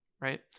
Right